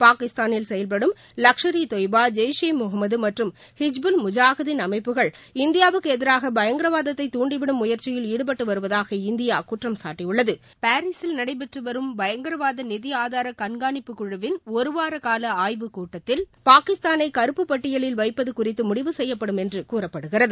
பாகிஸ்தானில் செயல்படும் லக்ஷர் ஈ தொய்பா ஜெய்ஷே முகமது மற்றும் ஹிஜ்புல் முஜாஹுதின் அமைப்புகள் இந்தியாவுக்கு எதிராக பயங்கரவாதத்தை தூண்டிவிடும் முயற்சியில் ஈடுபட்டு வருவதாக இந்தியா குற்றம்சாட்டியுள்ளது பாரிஸில் நடைபெற்று வரும் பயங்கரவாத நிதி ஆதார கண்காணிப்புக் குழுவின் ஒருவாரகால ஆய்வுக் கூட்டத்தில் பாகிஸ்தானை கறுப்புப் பட்டியலில் வைப்பது குறித்து முடிவு செய்யப்படும் என்று கூறப்படுகிறது